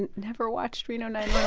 and never watched reno nine